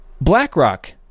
BlackRock